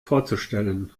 vorzustellen